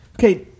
Okay